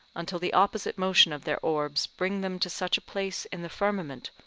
until the opposite motion of their orbs bring them to such a place in the firmament,